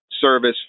service